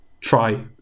try